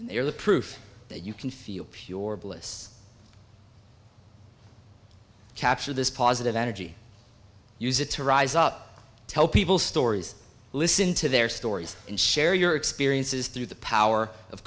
they are the proof that you can feel your bliss capture this positive energy use it to rise up tell people stories listen to their stories and share your experiences through the power of